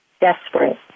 desperate